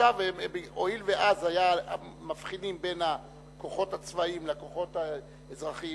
הואיל ואז היו מבחינים בין הכוחות הצבאיים לכוחות האזרחיים,